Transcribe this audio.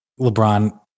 LeBron